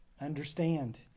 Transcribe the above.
understand